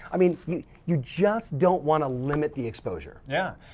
i mean you you just don't wanna limit the exposure. yeah,